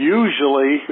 usually